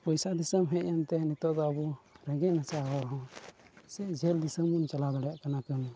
ᱯᱚᱭᱥᱟ ᱫᱤᱥᱚᱢ ᱦᱮᱡ ᱮᱱᱛᱮ ᱱᱤᱛᱚᱜ ᱫᱚ ᱟᱵᱚ ᱨᱮᱸᱜᱮᱡ ᱱᱟᱪᱟᱨ ᱦᱚᱲ ᱦᱚᱸ ᱥᱮ ᱡᱷᱟᱹᱞ ᱫᱤᱥᱚᱢ ᱵᱚᱱ ᱪᱟᱞᱟᱣ ᱫᱟᱲᱮᱭᱟᱜ ᱠᱟᱱᱟ ᱠᱟᱹᱢᱤ